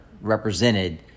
represented